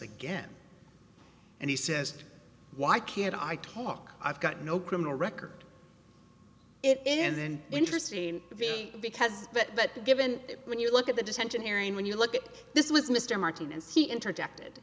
again and he says why can't i talk i've got no criminal record it isn't interesting because but given when you look at the detention hearing when you look at this with mr martinez he interjected